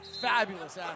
fabulous